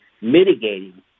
mitigating